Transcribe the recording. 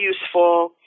useful